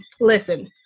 Listen